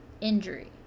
injury